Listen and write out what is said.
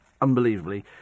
unbelievably